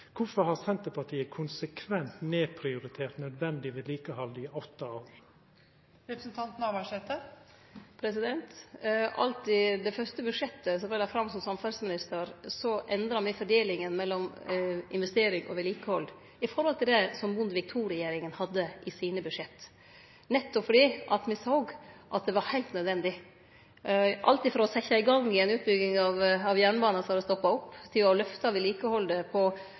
Kvifor har Senterpartiet konsekvent nedprioritert nødvendig vedlikehald i åtte år? Alt i det fyrste budsjettet som eg la fram som samferdsleminister, endra me fordelinga mellom investering og vedlikehald i forhold til det som Bondevik II-regjeringa hadde i sine budsjett, nettopp fordi me såg at det var heilt nødvendig – alt frå å setje i gang igjen utbygging av jernbana, som hadde stoppa opp, til å lyfte vedlikehaldet på